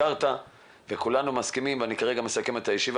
בוא נקווה בע"ה שבקרוב נתבשר שמצאו פתרון לבעיה,